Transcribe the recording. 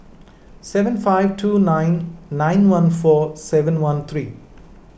seven five two nine nine one four seven one three